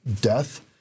death